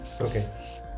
Okay